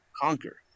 conquer